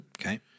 Okay